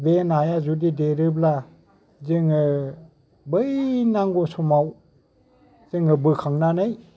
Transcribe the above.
बे नाया जुदि देरोब्ला जोङो बै नांगौ समाव जोङो बोखांनानै